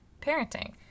parenting